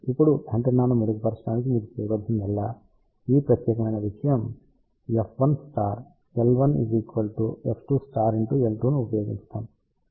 ఇప్పుడు antenna design ను మెరుగుపరచడానికి మీరు చేయాల్సిందల్లా ఈ ప్రత్యేకమైన విషయం f1 L1 f2L2 ని ఉపయోగించడం